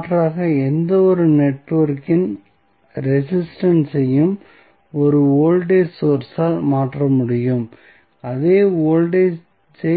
மாற்றாக எந்தவொரு நெட்வொர்க்கின் ரெசிஸ்டன்ஸ் ஐயும் ஒரு வோல்டேஜ் சோர்ஸ் ஆல் மாற்ற முடியும் அதே வோல்டேஜ் ஐ